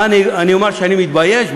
אני אומר שאני מתבייש?